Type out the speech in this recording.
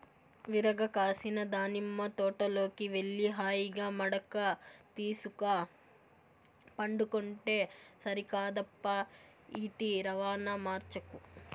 విరగ కాసిన దానిమ్మ తోటలోకి వెళ్లి హాయిగా మడక తీసుక పండుకుంటే సరికాదప్పా ఈటి రవాణా మార్చకు